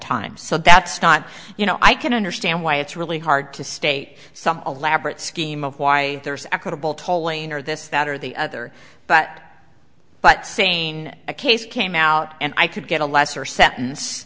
time so that's not you know i can understand why it's really hard to state some elaborate scheme of why there's equitable tolling or this that or the other but but sen a case came out and i could get a lesser sentence